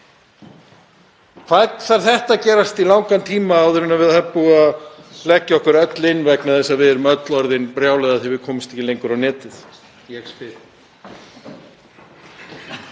Hvað þarf þetta að standa yfir í langan tíma áður en það er búið að leggja okkur öll inn vegna þess að við erum öll orðin brjáluð af því að við komumst ekki lengur á netið? Ég spyr.